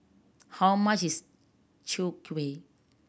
how much is Chwee Kueh